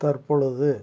தற்பொழுது